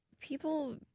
people